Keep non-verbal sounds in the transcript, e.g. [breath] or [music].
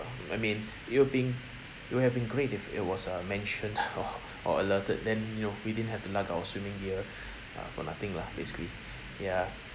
I mean it would been it would've been great if it was uh mentioned [breath] or or alerted then you know we didn't have to lug our swimming gear uh for nothing lah basically ya